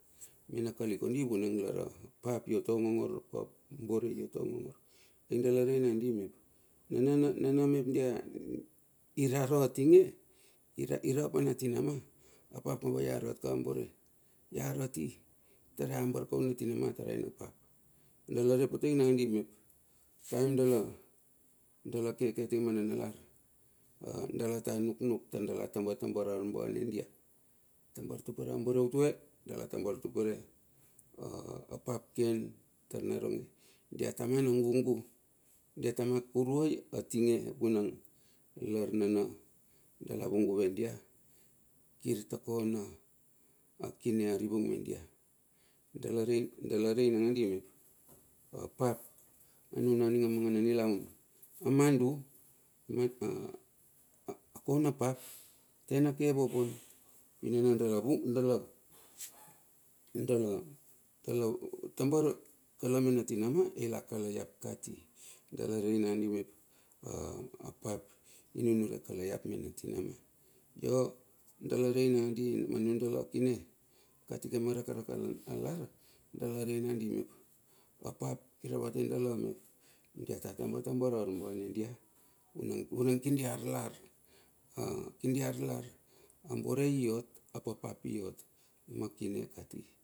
Mena kalik kondi vunang lar a pap iot ongogor ap abore iot ongogor. Ai dala rei nandi mep, nana mep dia irara atinge, ira pa na tinama. Apap irue ia rat ka bore, ia rat i. tar ia iambar kaun na tinama taur aena pap. Dala re potei nandi mep, taem dala keke atinge ma nanalar. Dala ta nuknuk tar dala ta tamba arbane dia. Tambar tupere abore utue, dala tambar tupere apap ken, tar naronge dia tama na gugu. dia tama kuruai atinge dia tama kuruai atinge vunang lar na dala vung guve dia kirta kona kine arivung me dia. Dala rei, dala rei nandi mep, ap pap anuna manga na nilaun, amandu, akona pap, tena ke vovon. Pi nana dala vung, dala tambar ka la mena tinama ai la kalaiap kati. Dala rei nandi mep a pap inunure kalaiap mena tinama. Io dala rei nandi manu dala kine katika ma rakaraka nalar. Dala rei nandi mep a pap iravate dala mep. dia ta tamba tambar arbane dia, vunang kir diarlar. Kir diarlar. Abore iot, apa pap iot. ma kine kati.